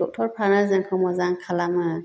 डक्टरफ्रानो जोंखौ मोजां खालामो